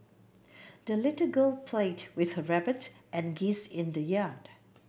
the little girl played with her rabbit and geese in the yard